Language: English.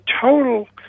total